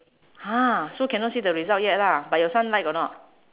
!huh! so cannot see the result yet lah but your son like or not